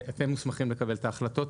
מוסמכים לקבל את ההחלטות,